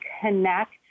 connect